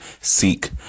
seek